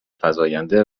فزاینده